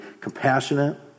compassionate